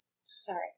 Sorry